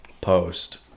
post